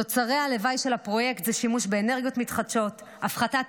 תוצרי הלוואי של הפרויקט הם שימוש באנרגיות מתחדשות והפחתת